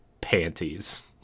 panties